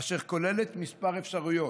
אשר כוללת כמה אפשרויות: